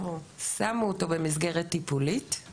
שמו אותו במסגרת טיפולית לאורך זמן.